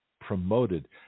promoted